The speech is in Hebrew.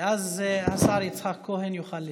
ואז השר יצחק כהן יוכל לסכם.